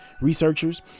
researchers